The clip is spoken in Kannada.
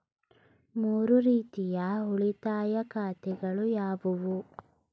ಮೂರು ರೀತಿಯ ಉಳಿತಾಯ ಖಾತೆಗಳು ಯಾವುವು?